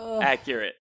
accurate